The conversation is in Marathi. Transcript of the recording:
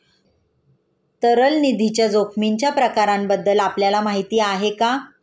तरल निधीच्या जोखमीच्या प्रकारांबद्दल आपल्याला माहिती आहे का?